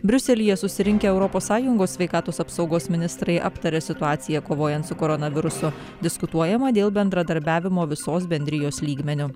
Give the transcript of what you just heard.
briuselyje susirinkę europos sąjungos sveikatos apsaugos ministrai aptarė situaciją kovojant su koronavirusu diskutuojama dėl bendradarbiavimo visos bendrijos lygmeniu